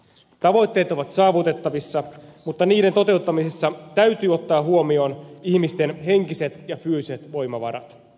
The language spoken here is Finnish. tavoitteet ovat saavutettavissa mutta niiden toteuttamisessa täytyy ottaa huomioon ihmisten henkiset ja fyysiset voimavarat